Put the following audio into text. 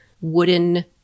wooden